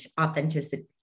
authenticity